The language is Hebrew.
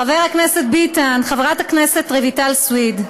חבר הכנסת ביטן, חברת הכנסת רויטל סויד.